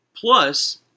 Plus